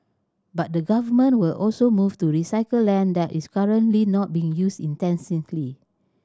but the Government will also move to recycle land that is currently not being used intensely